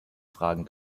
fragen